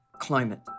climate